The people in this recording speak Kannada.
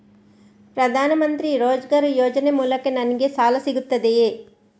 ಪ್ರದಾನ್ ಮಂತ್ರಿ ರೋಜ್ಗರ್ ಯೋಜನೆ ಮೂಲಕ ನನ್ಗೆ ಸಾಲ ಸಿಗುತ್ತದೆಯೇ?